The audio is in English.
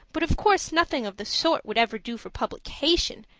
but of course nothing of the sort would ever do for publication,